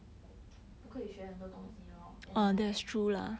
不可以学很多东西 lor and like